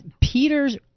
Peter's